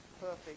perfect